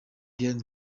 diane